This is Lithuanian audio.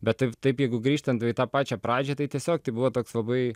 bet taip taip jeigu grįžtant va į tą pačią pradžią tai tiesiog tai buvo toks labai